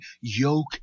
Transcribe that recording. yoke